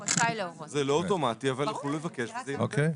זה לא אוטומטי, אבל יוכלו לבקש וזה יינתן.